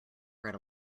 bread